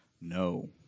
No